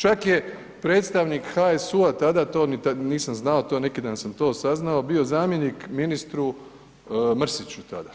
Čak je predstavnik HSU, tada to nisam znao, to neki dan sam to saznao bio zamjenik ministru Mrsiću tada